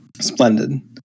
Splendid